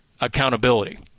accountability